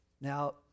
Now